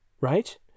right